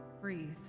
Breathe